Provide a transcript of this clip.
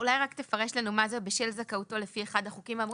אולי רק תפרש לנו מה זה בשל זכאותו לפי אחד החוקים האמורים,